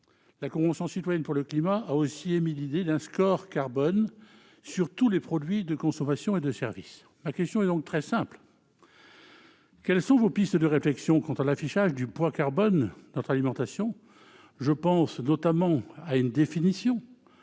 La Convention citoyenne pour le climat a aussi émis l'idée d'un « score carbone » sur tous les produits de consommation et les services. Quelles sont donc, monsieur le ministre, vos pistes de réflexion sur l'affichage du poids carbone de notre alimentation ? Je pense notamment à une définition,